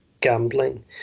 gambling